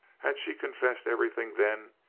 had she confessed everything, then,